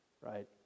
right